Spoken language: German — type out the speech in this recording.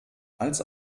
als